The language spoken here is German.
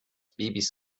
babys